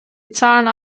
zahlten